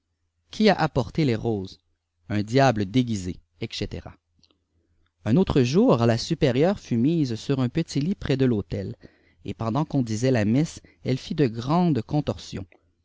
qui a apporté les roses un diable déguisé etc un autre jour la supérieure fut mise suh un petit lit près de tautel et pendant qu'on disait la messe elle fit de grandes contorsions